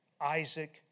Isaac